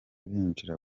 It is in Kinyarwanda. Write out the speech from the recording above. binjira